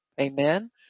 Amen